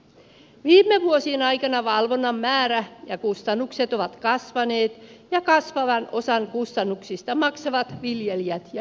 viime vuosien aikana valvonnan määrä ja kustannukset ovat kasvaneet ja kasvavan osan kustannuksista maksavat viljelijät ja jalostajat